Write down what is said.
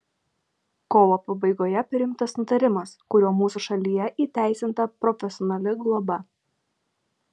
kovo pabaigoje priimtas nutarimas kuriuo mūsų šalyje įteisinta profesionali globa